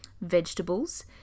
vegetables